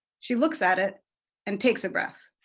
she looks at it and takes a breath.